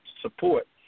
support